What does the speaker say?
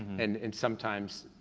and and sometimes,